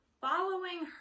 Following